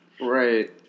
Right